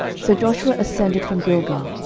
so joshua ascended from gilgal,